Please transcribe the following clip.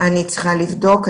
אני צריכה לבדוק.